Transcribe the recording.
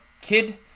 kid